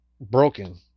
broken